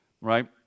right